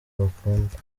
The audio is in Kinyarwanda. bakunda